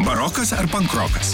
barokas ar pankrokas